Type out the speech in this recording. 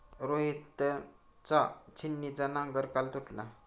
रोहितचा छिन्नीचा नांगर काल तुटला